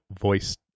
voice